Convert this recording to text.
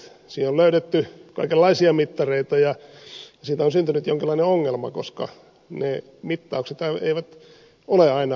siihen on löydetty kaikenlaisia mittareita ja siitä on syntynyt jonkinlainen ongelma koska ne mittaukset eivät ole aina aivan vertailukelpoisia